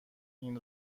این